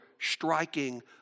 striking